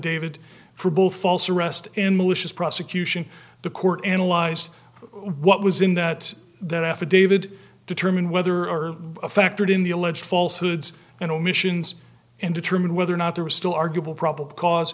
affidavit for both false arrest and malicious prosecution the court analyzed what was in that that affidavit determine whether or factored in the alleged false hoods and omissions and determine whether or not there was still arguable probable cause